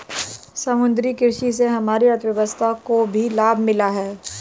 समुद्री कृषि से हमारी अर्थव्यवस्था को भी लाभ मिला है